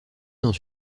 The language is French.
dans